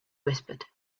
whispered